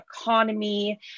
economy